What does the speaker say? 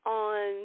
on